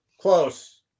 Close